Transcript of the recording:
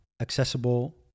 accessible